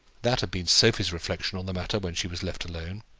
that had been sophie's reflection on the matter when she was left alone.